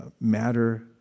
matter